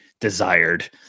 desired